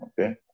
Okay